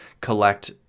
collect